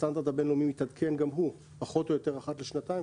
הסטנדרט הבין-לאומי מתעדכן גם הוא פחות או יותר אחת לשנתיים,